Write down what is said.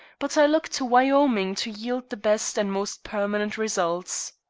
but i look to wyoming to yield the best and most permanent results.